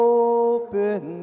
open